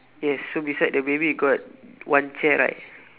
yes so beside the baby got one chair right